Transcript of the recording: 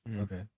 Okay